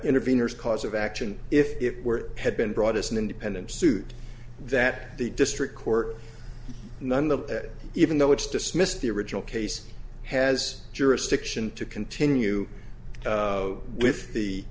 interveners cause of action if it were had been brought us an independent suit that the district court none of that even though it's dismissed the original case has jurisdiction to continue with the